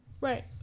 Right